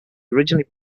originally